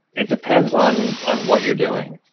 it depends on on what you're doing,